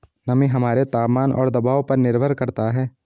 नमी हमारे तापमान और दबाव पर निर्भर करता है